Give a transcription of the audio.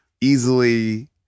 easily